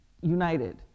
united